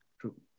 True